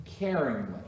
caringly